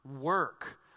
work